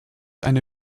eine